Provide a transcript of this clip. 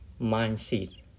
mindset